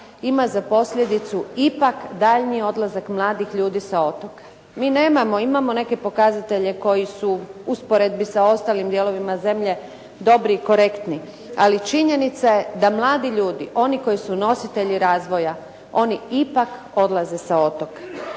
ima za posljedicu ipak daljnji odlazak mladih ljudi sa otoka. Mi nemamo, imamo neke pokazatelje koji su usporedbi sa ostalim dijelovima zemlje dobri i korektni. Ali činjenica je da mladi ljudi oni koji su nositelji razvoja, oni ipak odlaze sa otoka.